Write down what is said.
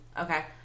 Okay